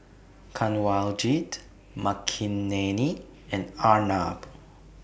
Kanwaljit Makineni and Arnab